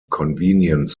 convenience